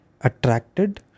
attracted